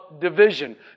division